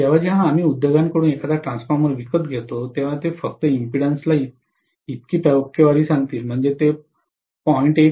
म्हणूनच जेव्हा जेव्हा आम्ही उद्योगाकडून एखादा ट्रान्सफॉर्मर विकत घेतो तेव्हा ते फक्त इम्पेडन्स ला इतकी टक्केवारी सांगतील म्हणजे ते 0